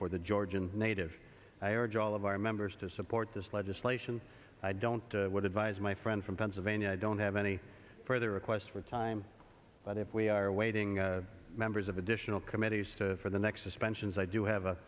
for the georgian native i urge all of our members to support this legislation i don't advise my friend from pennsylvania i don't have any further requests for time but if we are awaiting members of additional committees for the next suspensions i do have a